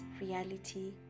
reality